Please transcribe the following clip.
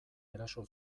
eraso